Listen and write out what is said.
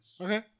Okay